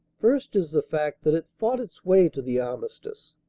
first is the fact that it fought its way to the armistice.